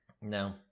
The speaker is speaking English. no